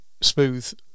smooth